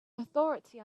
authority